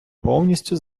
повністю